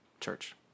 church